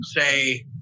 say